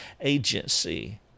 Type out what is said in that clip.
agency